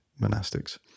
monastics